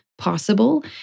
possible